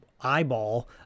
eyeball